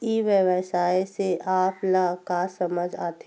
ई व्यवसाय से आप ल का समझ आथे?